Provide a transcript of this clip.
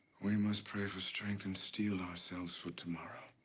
we must pray for strength and steel ourselves for tomorrow.